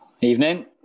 Evening